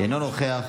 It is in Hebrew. אינו נוכח,